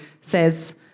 says